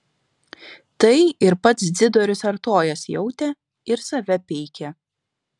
tai ir pats dzidorius artojas jautė ir save peikė